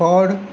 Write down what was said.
ford